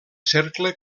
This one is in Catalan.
cercle